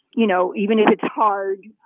you know, even if it's hard,